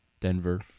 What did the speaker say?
Denver